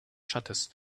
shutters